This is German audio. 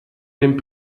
dem